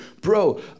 bro